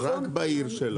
רק בעיר שלו.